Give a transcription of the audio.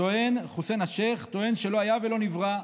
טוען שלא היה ולא נברא,